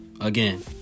again